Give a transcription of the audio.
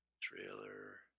trailer